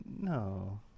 no